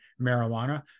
marijuana